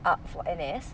up for N_S